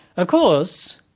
of course,